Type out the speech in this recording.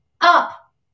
up